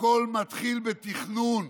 הכול מתחיל בתכנון,